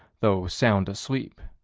though sound asleep.